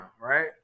right